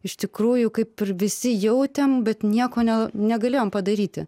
iš tikrųjų kaip ir visi jautėm bet nieko ne negalėjom padaryti